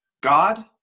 God